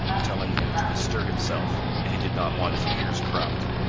and telling him to bestir himself, if he did not want his ears cropped.